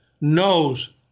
knows